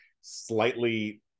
slightly